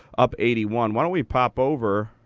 up eighty one. why don't we pop over?